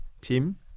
Tim